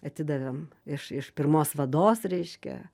atidavėm iš iš pirmos vados reiškia